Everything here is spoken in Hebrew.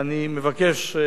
ואני מבקש,